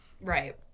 Right